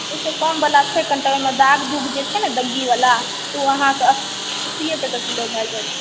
ओहि सऽ कम बला छै कनि टा ओहिमे दाग दुग जे छै ने दग्गी बला तऽ ओ अहाँके अस्सिये टके किलो भऽ जायत